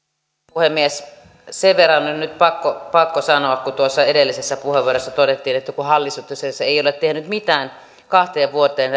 puhemies sen verran on nyt pakko pakko sanoa kun tuossa edellisessä puheenvuorossa todettiin että hallitus ei ole tehnyt mitään kahteen vuoteen